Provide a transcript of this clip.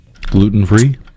Gluten-free